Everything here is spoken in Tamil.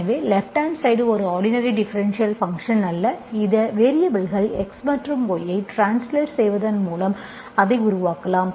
எனவே லேப்ட் ஹாண்ட் சைடு ஒரு ஆர்டினரி டிஃபரென்ஷியல் ஃபங்க்ஷன் அல்ல இந்த வேரியபல்கள் x மற்றும் y ஐ ட்ரான்ஸ்லேட் செய்வதன் மூலம் அதை உருவாக்கலாம்